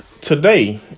Today